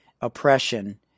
oppression